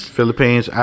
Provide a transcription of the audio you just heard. Philippines